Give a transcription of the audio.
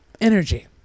energy